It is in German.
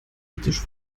ethisch